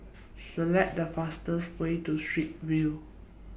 Select The fastest Way to Straits View